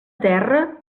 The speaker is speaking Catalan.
terra